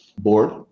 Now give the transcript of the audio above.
board